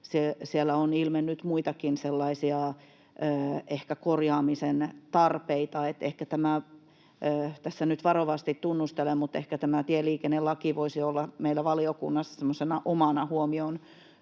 siellä on ilmennyt ehkä muitakin sellaisia korjaamisen tarpeita — tässä nyt varovasti tunnustelen — että ehkä tämä tieliikennelaki voisi olla meillä valiokunnassa semmoisena